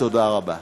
תודה רבה.